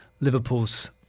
Liverpool's